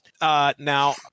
Now